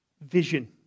vision